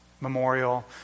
Memorial